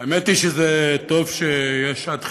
האמת היא שזה טוב שיש שעת חירום,